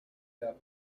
that